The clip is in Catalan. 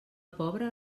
pobre